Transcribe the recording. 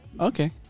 Okay